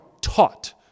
taught